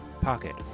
Pocket